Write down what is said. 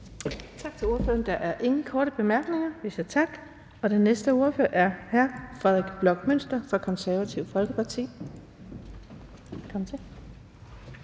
Tak til ordføreren. Der er ingen korte bemærkninger. Den næste ordfører er hr. Frederik Bloch Münster fra Det Konservative Folkeparti.